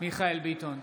מיכאל מרדכי ביטון,